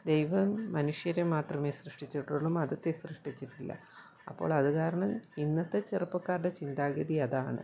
ദൈവം മനുഷ്യരെ മാത്രമേ സൃഷ്ടിച്ചിട്ടുളളൂ മതത്തെ സൃഷ്ടിച്ചിട്ടില്ല അപ്പോളത് കാരണം ഇന്നത്തെ ചെറുപ്പക്കാരുടെ ചിന്താഗതി അതാണ്